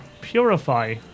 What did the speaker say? purify-